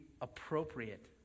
appropriate